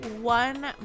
One